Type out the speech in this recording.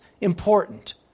important